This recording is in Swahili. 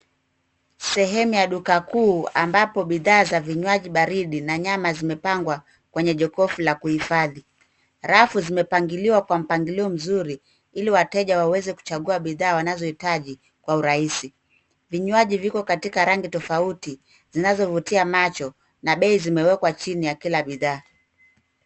Sehemu ya duka kuu ambapo bidhaa za vinywaji baridi na nyama zimepangwa kwenye jokofu la kuhifadhi. Rafu zimepangiliwa kwa mpangilio mzuri ili wateja waweze kuchagua bidhaa wanazohitaji kwa urahisi. Vinywaji viko katika rangi tofauti zinazovutia macho na bei zimewekwa chini ya kila bidhaa.